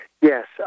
Yes